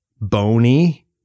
bony